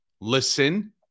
listen